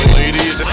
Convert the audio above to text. ladies